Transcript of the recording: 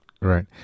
Right